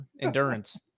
endurance